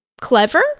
clever